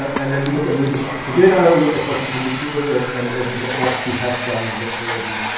and then we look at a little bit of the data, look at what you can do do with it and ah what what have you have done with it already.